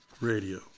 Radio